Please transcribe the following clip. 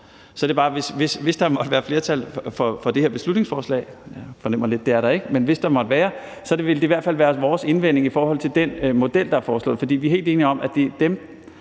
men hvis der måtte være det – vil det i hvert fald være vores indvending i forhold til den model, der er foreslået.